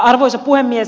arvoisa puhemies